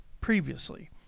previously